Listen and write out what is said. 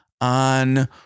on